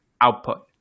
output